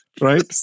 Right